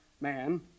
man